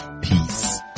Peace